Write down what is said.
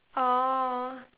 oh